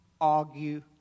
argue